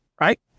right